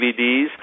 DVDs